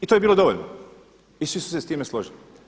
I to je bilo dovoljno i svi su se s time složili.